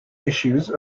issues